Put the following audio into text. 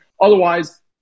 Otherwise